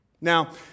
Now